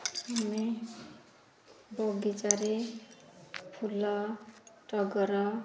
ମୁଁ ବଗିଚାରେ ଫୁଲ ଟଗର